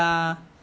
mm